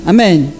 Amen